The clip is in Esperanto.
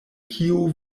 kiu